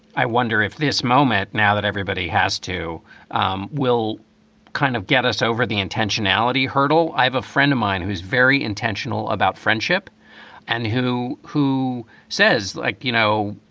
i wonder if this moment now that everybody has to um will kind of get us over the intentionality hurdle. i have a friend of mine who is very intentional about friendship and who who says, like you know,